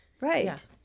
right